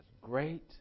great